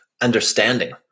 understanding